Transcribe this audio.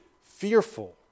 fearful